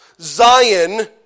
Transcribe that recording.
Zion